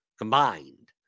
Combined